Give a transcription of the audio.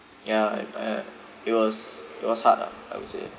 ya I'm a it was it was hard ah I would say